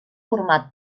format